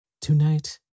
Tonight